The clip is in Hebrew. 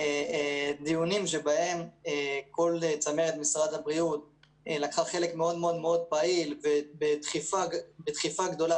דיונים שבהם כל צמרת משרד הבריאות לקחה חלק מאוד פעיל ובדחיפה גדולה,